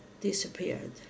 disappeared